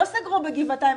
לא סגרו בגבעתיים,